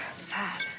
sad